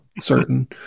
certain